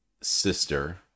sister